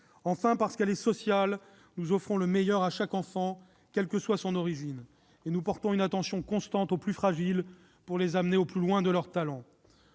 Enfin, parce qu'elle est sociale, nous offrons le meilleur à chaque enfant, quelle que soit son origine, et nous portons une attention constante aux plus fragiles pour les amener au plus loin de leur talent.